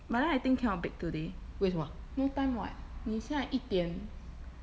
but then I think cannot bake today no time what 你现在一点